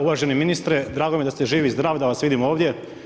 Uvaženi ministre, drago mi je da ste živ i zdrav da vas vidim ovdje.